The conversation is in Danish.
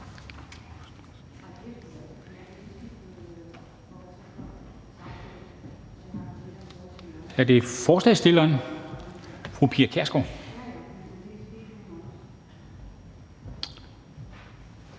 er det så forslagsstilleren, fru Pia Kjærsgaard.